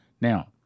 Now